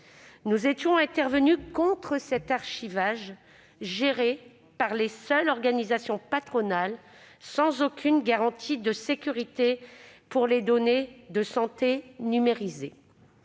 Nous étions intervenus contre cet archivage géré par les seules organisations patronales, sans aucune garantie de sécurité pour les données de santé numérisées.